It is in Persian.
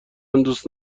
دوست